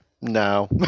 no